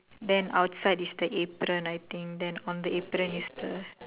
then outside is the apron I think then on the apron is the